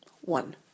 one